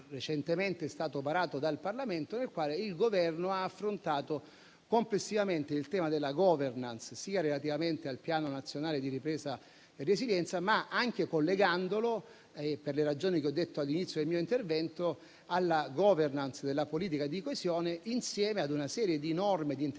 recentemente è stato varato dal Parlamento, nel quale il Governo ha affrontato complessivamente il tema della *governance*,sia relativamente al Piano nazionale di ripresa e resilienza, sia - per le ragioni che ho detto all'inizio del mio intervento - in relazione alla politica di coesione, insieme a una serie di norme e di interventi